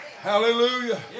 Hallelujah